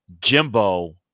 Jimbo